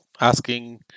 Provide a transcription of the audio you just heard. asking